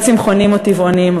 להיות צמחוניים או טבעוניים,